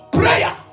prayer